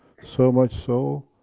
so much so,